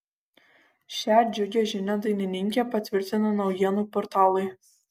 šią džiugią žinią dainininkė patvirtino naujienų portalui